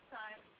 time